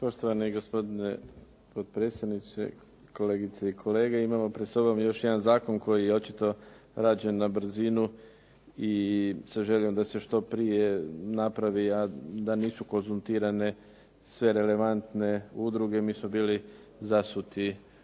Poštovani gospodine potpredsjedniče, kolegice i kolege. Imao pred sobom još jedan zakon koji je očito rađen na brzinu i sa željom da se što prije napravi, a da nisu konzultirane sve relevantne udruge. Mi smo bili zasuti